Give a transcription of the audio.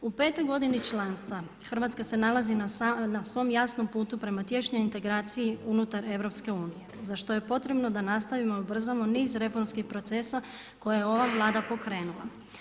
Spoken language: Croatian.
U petoj godini članstva RH se nalazi na svom jasnom putu prema tješnjoj integraciji unutar EU, za što je potrebno da nastavimo i ubrzamo niz reformskih procesa koja je ova Vlada pokrenula.